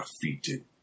defeated